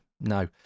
No